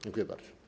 Dziękuję bardzo.